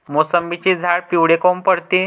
मोसंबीचे झाडं पिवळे काऊन पडते?